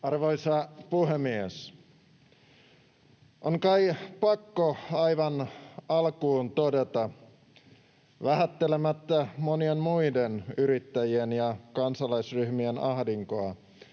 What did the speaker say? Arvoisa puhemies! On kai pakko aivan alkuun todeta, vähättelemättä monien muiden yrittäjien ja kansalaisryhmien ahdinkoa,